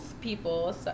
people